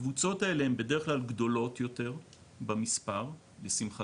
הקבוצות האלו הן בדרך כלל גדולות יותר במספר לשמחתנו,